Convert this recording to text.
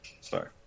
Sorry